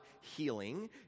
healing